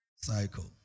cycle